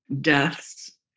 deaths